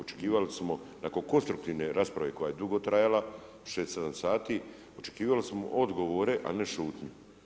Očekivali smo nakon konstruktivne rasprave, koja je dugo trajala, 6, 7 sati, očekivali smo odgovore, a ne šutnju.